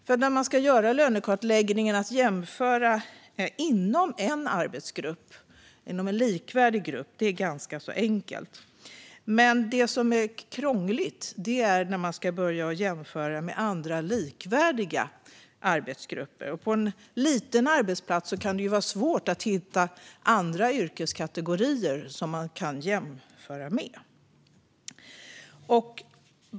Att vid en lönekartläggning jämföra inom en likvärdig arbetsgrupp är ganska enkelt. Men det som är krångligt är när man ska jämföra med andra likvärdiga arbetsgrupper. På en liten arbetsplats kan det vara svårt att hitta andra yrkeskategorier att jämföra med.